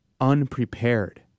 unprepared